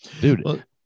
Dude